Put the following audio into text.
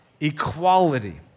Equality